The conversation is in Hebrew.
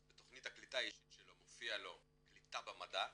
בתכנית הקליטה האישית שלו מופיע לו "קליטה במדע",